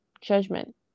judgment